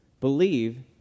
believe